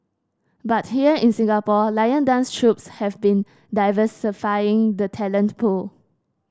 but here in Singapore lion dance troupes have been diversifying the talent pool